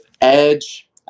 Edge